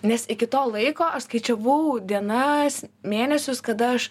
mes iki to laiko aš skaičiavau dienas mėnesius kada aš